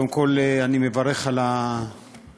קודם כול אני מברך על היוזמה,